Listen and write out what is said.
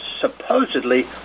supposedly